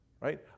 right